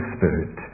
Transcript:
Spirit